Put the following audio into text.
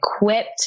equipped